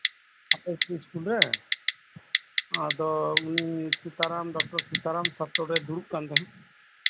ᱟᱹᱛᱩ ᱤᱥᱠᱩᱞᱨᱮ ᱟᱫᱚ ᱥᱤᱛᱟᱨᱟᱢ ᱰᱚᱠᱴᱚᱨ ᱮ ᱫᱩᱲᱩᱵ ᱠᱟᱱ ᱛᱟᱸᱦᱮᱜ